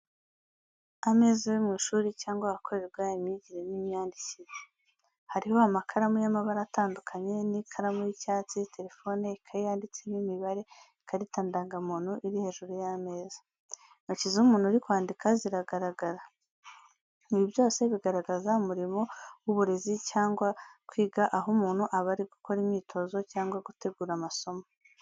Ameza yo mu ishuri cyangwa ahakorerwa imyigire n’imyandikire. Hariho amakaramu y’amabara atandukanye n’ikaramu y’icyatsi, telefone, ikaye yanditsemo imibare, ikarita ndangamuntu iri hejuru y’ameza. Intoki z’umuntu uri kwandika ziragaragara. Ibi byose bigaragaza umurimo w’uburezi cyangwa kwiga, aho umuntu aba ari gukora imyitozo cyangwa gutegura amasomo.